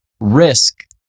risk